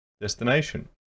Destination